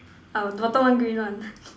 uh the bottom one green one